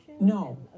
no